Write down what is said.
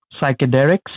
Psychedelics